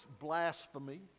blasphemy